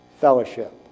fellowship